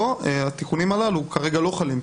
התיקונים הללו כרגע לא חלים,